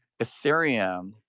Ethereum